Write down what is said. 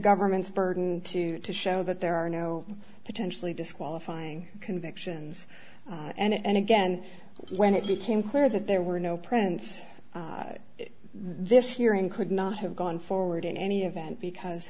government's burden to to show that there are no potentially disqualifying convictions and again when it became clear that there were no prints this hearing could not have gone forward in any event because